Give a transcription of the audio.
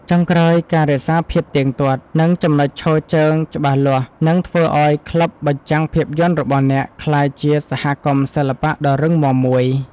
ចុងក្រោយ ការរក្សាភាពទៀងទាត់ និងចំណុចឈរជើងច្បាស់លាស់ នឹងធ្វើឱ្យក្លឹបបញ្ចាំងភាពយន្តរបស់អ្នកក្លាយជាសហគមន៍សិល្បៈដ៏រឹងមាំមួយ។